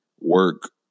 work